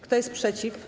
Kto jest przeciw?